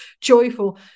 joyful